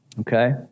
Okay